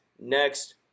next